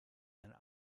and